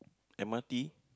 M_R_T